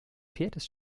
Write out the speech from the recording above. viertes